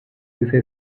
irse